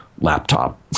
laptop